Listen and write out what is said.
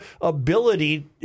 ability